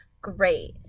great